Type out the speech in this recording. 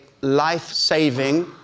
life-saving